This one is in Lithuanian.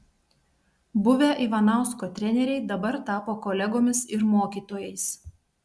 buvę ivanausko treneriai dabar tapo kolegomis ir mokytojais